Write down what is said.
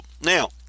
Now